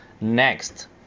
Next